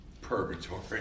Purgatory